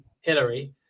Hillary